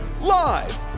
Live